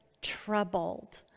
troubled